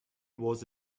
was